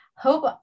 hope